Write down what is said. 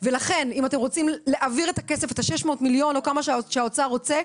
ולכן אם אתם רוצים להעביר את ה-600 מיליון או כמה שהאוצר רוצה,